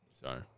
Sorry